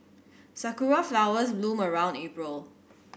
sakura flowers bloom around April